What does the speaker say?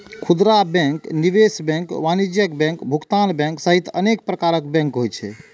खुदरा बैंक, निवेश बैंक, वाणिज्यिक बैंक, भुगतान बैंक सहित अनेक प्रकारक बैंक होइ छै